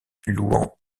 louant